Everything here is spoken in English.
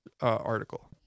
article